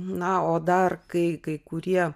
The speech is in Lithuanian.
na o dar kai kai kurie